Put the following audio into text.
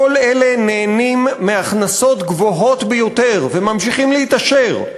כל אלה נהנים מהכנסות גבוהות ביותר וממשיכים להתעשר.